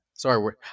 Sorry